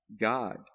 God